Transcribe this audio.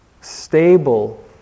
stable